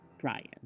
Brian